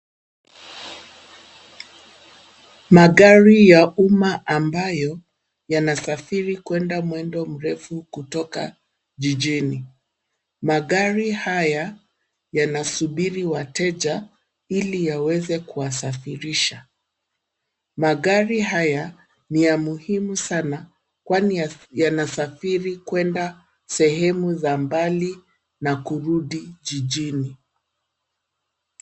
Magari ya umma ambayo yanasafiri kuenda mwendo mrefu kutoka jijini. Magari haya yanasubiri wateja ili yaweze kuwasafirisha. Magari haya ni ya muhimu sana kwani yanasafiri kuenda sehemu za mbali na kurudi jijini.